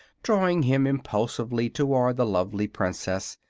drawing him impulsively toward the lovely princess,